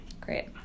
Great